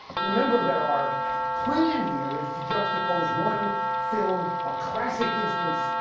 remember that our plan here is to juxtapose one film a classic instance,